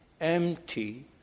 empty